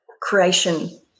creation